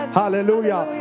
hallelujah